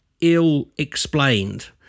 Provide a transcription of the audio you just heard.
ill-explained